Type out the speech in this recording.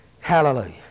Hallelujah